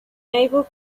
able